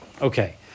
Okay